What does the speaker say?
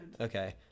Okay